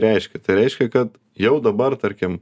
reiškia tai reiškia kad jau dabar tarkim